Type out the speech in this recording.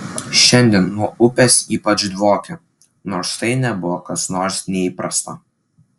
šiandien nuo upės ypač dvokė nors tai nebuvo kas nors neįprasto